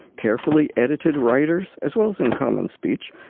carefully edited writers as well as in common speech.